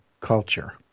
culture